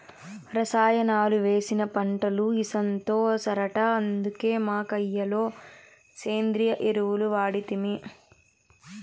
రసాయనాలు వేసిన పంటలు ఇసంతో సరట అందుకే మా కయ్య లో సేంద్రియ ఎరువులు వాడితిమి